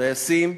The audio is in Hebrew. טייסים,